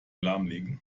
lahmlegen